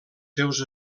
seus